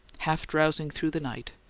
half drowsing through the night,